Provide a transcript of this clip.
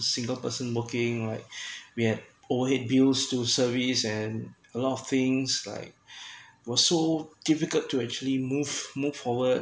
single person working like we had overhead views to service and a lot of things like was so difficult to actually move move forward